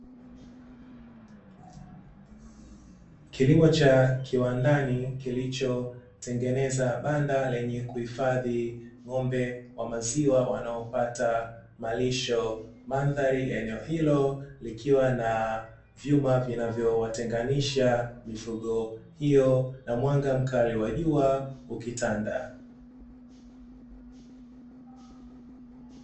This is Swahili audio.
Kilimo cha kiwandani kilichotengeneza banda lenye kuhifadhi ng'ombe wa maziwa wanaopata malisho, mandhari ya eneo hilo likiwa na vyuma vinavyowatenganisha mifugo hiyo na mwanga mkali wa jua ukitanda.